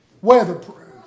Weatherproof